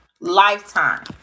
lifetime